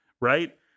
Right